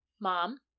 Mom